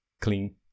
clean